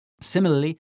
Similarly